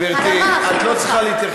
אני לא מצפה ממך להיות,